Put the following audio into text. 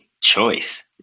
choice